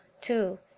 two